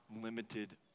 limited